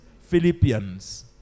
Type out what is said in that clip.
Philippians